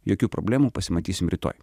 jokių problemų pasimatysim rytoj